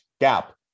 gap